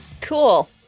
Cool